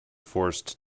forced